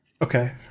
Okay